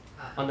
ah